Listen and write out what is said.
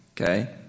okay